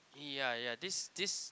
ya yeah this this